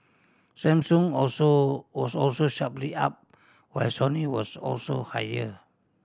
Samsung also was also sharply up while Sony was also higher